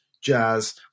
jazz